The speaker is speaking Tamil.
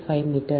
5 மீட்டர்